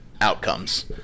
outcomes